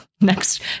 Next